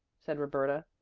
said roberta.